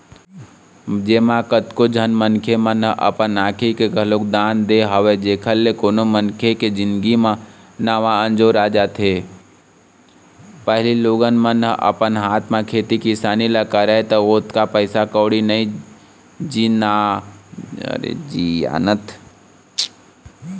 जेमा कतको झन मनखे मन ह अपन आँखी के घलोक दान दे हवय जेखर ले कोनो मनखे के जिनगी म नवा अंजोर आ जाथे